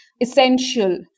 essential